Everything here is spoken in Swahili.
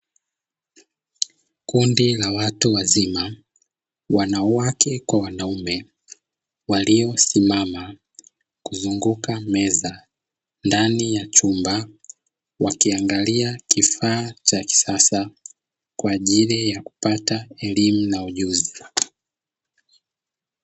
Kundi la watu wazima wanawake kwa wanaume waliosimama kuzunguka meza ndani ya chumba, wakiangalia kifaa cha kisasa kwa ajili ya kupata elimu na ujuzi.